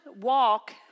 walk